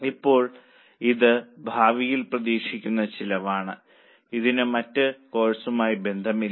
ഇപ്പോൾ ഇത് ഭാവിയിൽ പ്രതീക്ഷിക്കുന്ന ചിലവാണ് ഇതിനു മറ്റു കോഴ്സുമായി ബന്ധമില്ല